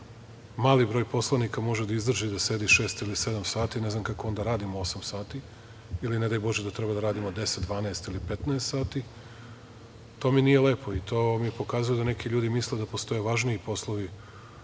mali broj poslanika može da izdrži da sedi 6 ili 7 sati, ne znam kako onda radimo 8 sati, ne daj Bože da treba da radimo 10, 12 ili 15 sati i to mi nije lepo i to mi pokazuje da neki ljudi misle da postoje važniji poslovi